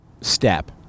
...step